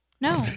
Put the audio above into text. No